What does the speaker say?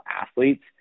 athletes